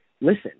listen